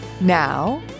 Now